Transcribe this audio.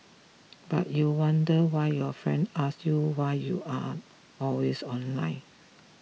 but you wonder why your friend ask you why you are always online